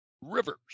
rivers